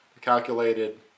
calculated